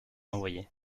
envoyé